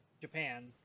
Japan